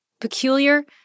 Peculiar